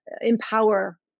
empower